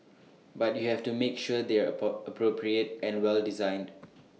but you have to make sure they're appropriate and well designed